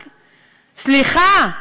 סליחה,